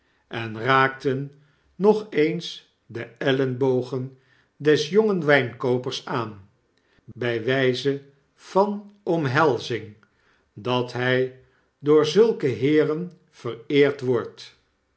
en raakten nog eens de ellebogen des jongen wijnkoopers aan by wyzevanomhelzing dat hij door zulke heeren vereerd wordt